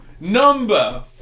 number